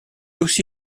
aussi